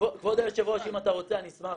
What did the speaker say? כבוד היושב ראש, אם אתה רוצה אני אשמח